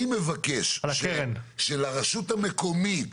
אני מבקש שלרשות המקומית